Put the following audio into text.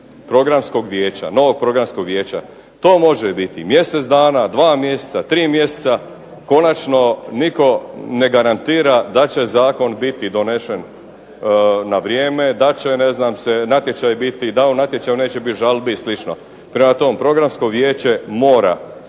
članovi Vijeća. Programskog vijeća. To može biti mjesec dana, 2 mjeseca, konačno nitko ne garantira da će Zakon biti donešen na vrijeme, da u natječaju neće biti žalbi i slično. Prema tome, Programsko vijeće mora